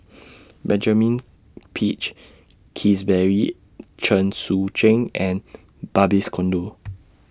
Benjamin Peach Keasberry Chen Sucheng and Barbies Conde